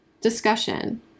Discussion